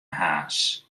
harns